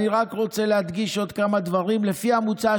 אני רק רוצה להדגיש עוד כמה דברים: לפי המוצע,